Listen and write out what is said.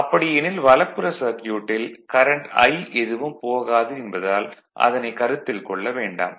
அப்படியெனில் வலப்புற சர்க்யூட்டில் கரண்ட் I எதுவும் போகாது என்பதால் அதனை கருத்தில் கொள்ள வேண்டாம்